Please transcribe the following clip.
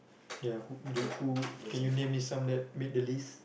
ya who do who can you name some of them make a list